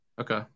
Okay